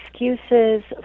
excuses